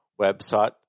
website